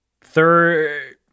third